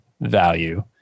value